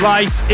Life